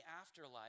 afterlife